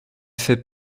fait